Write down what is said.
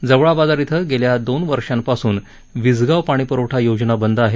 जवळाबाजार क्षे गेल्या दोन वर्षापासून वीसगाव पाणी पुरवठा योजना बंद आहे